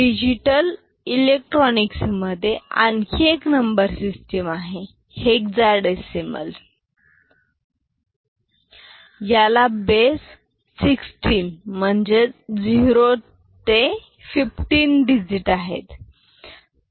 digital electronics मधे आणखी एक नंबर सिस्टम आहे हेक्साडेसिमल याला बेस 16 म्हणजे 0 ते 15 डीजीट आहेत